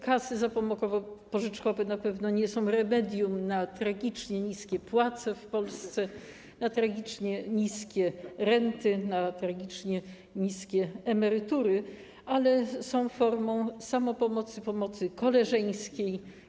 Kasy zapomogowo-pożyczkowe na pewno nie są remedium na tragicznie niskie płace w Polsce, na tragicznie niskie renty, na tragicznie niskie emerytury, ale są formą samopomocy, pomocy koleżeńskiej.